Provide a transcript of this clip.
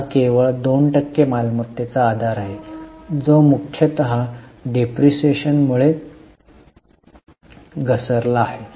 हा केवळ 2 टक्के मालमत्तेचा आधार आहे जो मुख्यतः डेप्रिसिएशन मुळे घसरला आहे